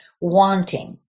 wanting